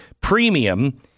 premium